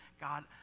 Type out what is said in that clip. God